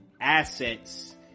assets